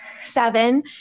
seven